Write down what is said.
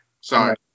Sorry